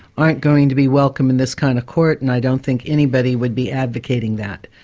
aren't going to be welcome in this kind of court, and i don't think anybody would be advocating that.